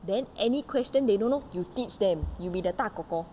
then any question they don't know you teach them you be the 大 kor kor